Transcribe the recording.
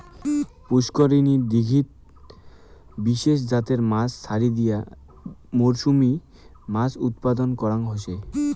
পুষ্করিনী, দীঘিত বিশেষ জাতের মাছ ছাড়ি দিয়া মরসুমী মাছ উৎপাদন করাং হসে